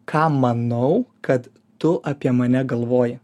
ką manau kad tu apie mane galvoji